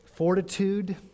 fortitude